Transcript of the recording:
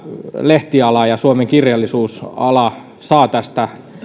lehtiala ja suomen kirjallisuusala saavat tästä